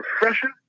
refreshing